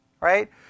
right